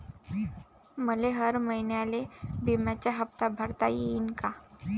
मले हर महिन्याले बिम्याचा हप्ता भरता येईन का?